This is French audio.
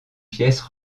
pièce